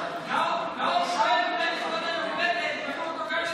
ואני מודה לך על כך.